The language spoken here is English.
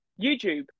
youtube